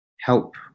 help